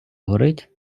горить